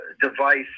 device